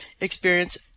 experience